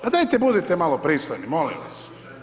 Pa dajte budite malo pristojni, molim vas.